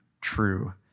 true